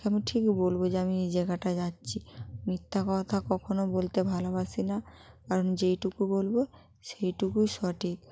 আমি ঠিক বলব যে আমি এই জায়গাটায় যাচ্ছি মিথ্যা কথা কখনও বলতে ভালোবাসি না কারণ যেইটুকু বলব সেইটুকুই সঠিক